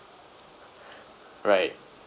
right